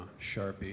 Sharpie